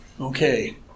Okay